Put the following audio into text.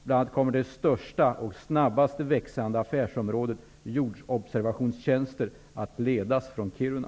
Bl.a. kommer det största och snabbast växande affärsområdet -- jordobservationstjänster -- att ledas från Kiruna.